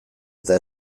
eta